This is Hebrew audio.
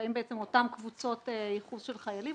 באים בעצם אותן קבוצות ייחוס של חיילים,